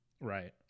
Right